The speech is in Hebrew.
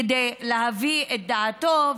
כדי להביע את דעתו,